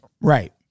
Right